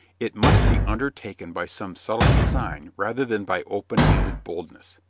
it must be undertaken by some subtle design rather than by open-handed boldness.